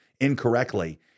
incorrectly